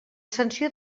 sanció